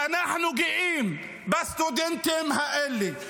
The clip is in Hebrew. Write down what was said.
ואנחנו גאים בסטודנטים האלה.